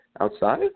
outside